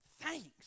thanks